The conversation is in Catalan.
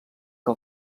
que